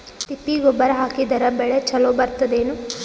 ತಿಪ್ಪಿ ಗೊಬ್ಬರ ಹಾಕಿದರ ಬೆಳ ಚಲೋ ಬೆಳಿತದೇನು?